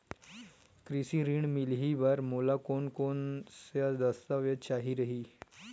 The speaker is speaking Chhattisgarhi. कृषि ऋण मिलही बर मोला कोन कोन स दस्तावेज चाही रही?